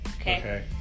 Okay